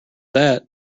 that